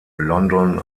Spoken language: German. london